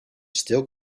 still